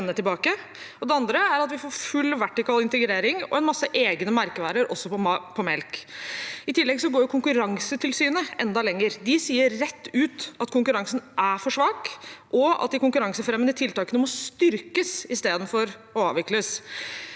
det andre er at vi får full vertikal integrering og en masse egne merkevarer også på melk. I tillegg går Konkurransetilsynet enda lenger. De sier rett ut at konkurransen er for svak, og at de konkurransefremmende tiltakene må styrkes istedenfor å avvikles.